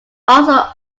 also